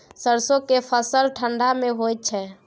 सरसो के फसल ठंडा मे होय छै?